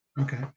Okay